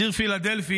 ציר פילדלפי,